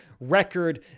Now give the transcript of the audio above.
record